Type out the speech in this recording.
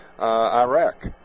Iraq